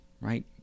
right